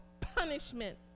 punishment